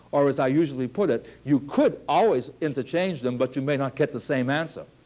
or as i usually put it, you could always interchange them, but you may not get the same answer.